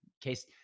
case